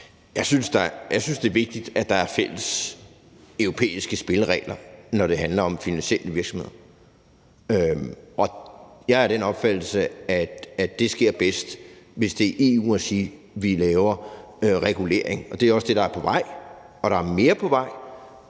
Jeg synes, det er vigtigt, at der er fælles europæiske spilleregler, når det handler om finansielle virksomheder, og jeg er af den opfattelse, at det sker bedst, hvis det er i EU-regi, vi laver regulering. Det er også det, der er på vej – og der er mere på vej.